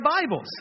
Bibles